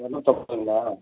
இரநூத்து ஐம்பதுங்களா